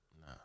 Nah